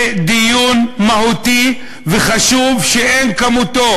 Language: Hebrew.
זה דיון מהותי וחשוב מאין כמותו.